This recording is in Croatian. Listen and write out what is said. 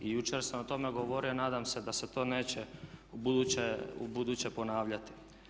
I jučer sam o tome govorio, nadam se da se to neće ubuduće ponavljati.